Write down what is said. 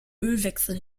ölwechsel